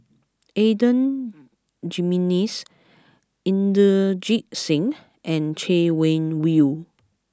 Adan Jimenez Inderjit Singh and Chay Weng Yew